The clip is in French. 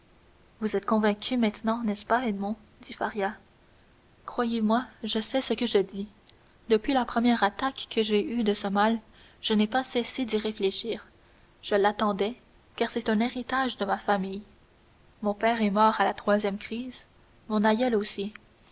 vous êtes convaincu maintenant n'est-ce pas edmond dit faria croyez-moi je sais ce que je dis depuis la première attaque que j'aie eue de ce mal je n'ai pas cessé d'y réfléchir je l'attendais car c'est un héritage de famille mon père est mort à la troisième crise mon aïeul aussi